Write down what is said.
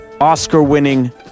Oscar-winning